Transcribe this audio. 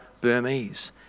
Burmese